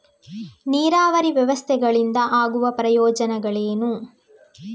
ನೀರಾವರಿ ವ್ಯವಸ್ಥೆಗಳಿಂದ ಆಗುವ ಪ್ರಯೋಜನಗಳೇನು?